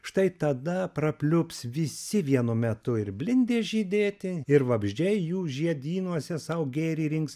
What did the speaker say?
štai tada prapliups visi vienu metu ir blindės žydėti ir vabzdžiai jų žiedynuose sau gėrį rinks